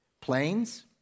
planes